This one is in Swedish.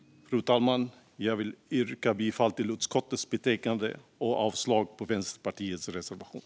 Fru talman! Jag yrkar bifall till förslaget i utskottets betänkande och avslag på Vänsterpartiets reservation.